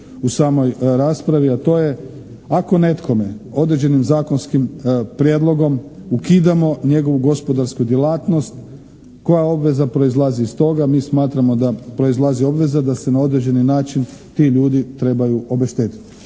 u samoj raspravi, a to je ako nekome određenim zakonskim prijedlogom ukidamo njegovu gospodarsku djelatnost koja obveza proizlazi iz toga. Mi smatramo da proizlazi obveza da se na određeni način ti ljudi trebaju obeštetiti.